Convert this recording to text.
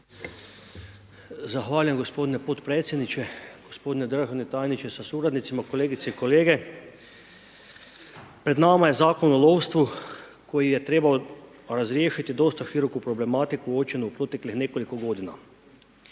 Zahvaljujem gospodine podpredsjedniče, gospodine…/Govornik se ne razumije/…tajniče sa suradnicima, kolegice i kolege. Pred nama je Zakon o lovstvu koji je trebao razriješiti dosta široku problematiku uočenu proteklih nekoliko godina.